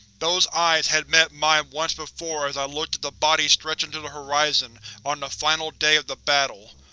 those eyes had met mine once before as i looked at the bodies stretching to the horizon on the final day of the battle.